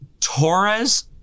Torres